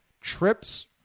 trips